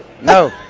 No